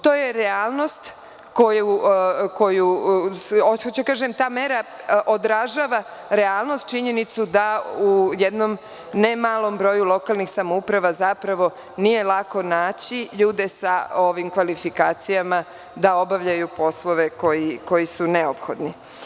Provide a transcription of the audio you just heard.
Ta mera odražava realnost, činjenicu da u jednom ne malom broju lokalnih samouprava zapravo nije lako naći ljude sa ovim kvalifikacijama da obavljaju poslove koji su neophodni.